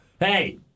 Hey